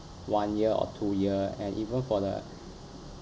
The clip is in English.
one year or two year and even for the